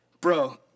bro